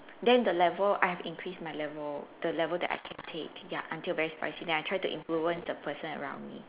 then the level I've increased my level the level that I can take ya until very spicy then I try to influence the person around me